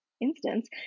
instance